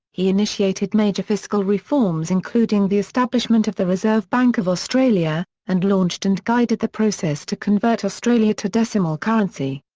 he initiated major fiscal reforms including the establishment of the reserve bank of australia, and launched and guided the process to convert australia to decimal currency.